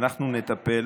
אנחנו נטפל